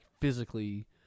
physically